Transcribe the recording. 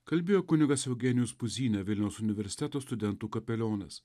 kalbėjo kunigas eugenijus puzynė vilniaus universiteto studentų kapelionas